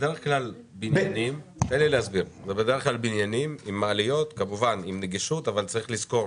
על הרכבל, על המעלית ועל תפארת ישראל.